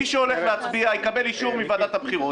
מי שהולך להצביע יקבל אישור מוועדת הבחירות,